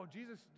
Jesus